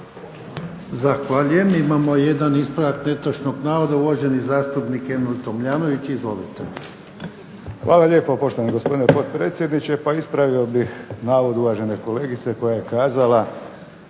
Zahvaljujem. Imamo jedan ispravak netočnog navoda, uvaženi zastupnik Emil Tomljanović. Izvolite. **Tomljanović, Emil (HDZ)** Hvala lijepo poštovani gospodine potpredsjedniče. Pa ispravio bih navod uvažene kolegice koja je kazala